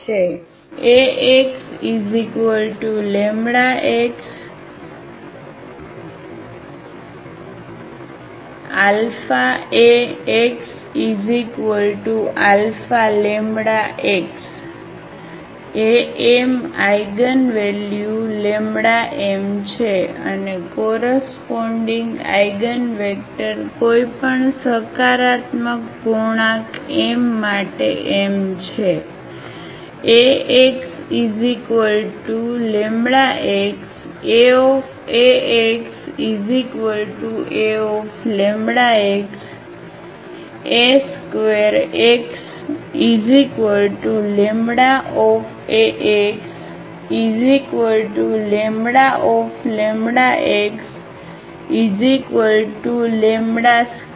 AxλxαAxαλx Am eigenvalue m છે અને corresponding eigenvector કોઈપણ સકારાત્મક પૂર્ણાંક એમ માટે m છે